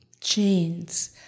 chains